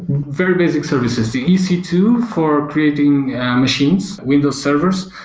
very basic services the e c two for creating machines, windows servers,